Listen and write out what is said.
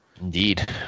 Indeed